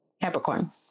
Capricorn